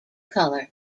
color